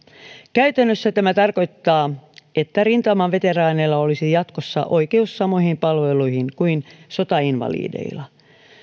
käytännössä tämä tarkoittaa että rintamaveteraaneilla olisi jatkossa oikeus samoihin palveluihin kuin sotainvalideilla